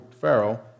Pharaoh